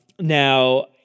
Now